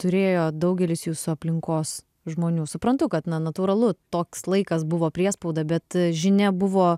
turėjo daugelis jūsų aplinkos žmonių suprantu kad na natūralu toks laikas buvo priespauda bet žinia buvo